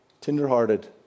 tenderhearted